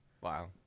Wow